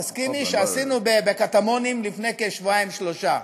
תסכימי, שעשינו בקטמונים לפני שבועיים-שלושה.